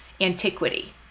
antiquity